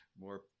more